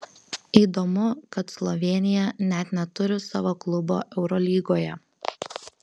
įdomu kad slovėnija net neturi savo klubo eurolygoje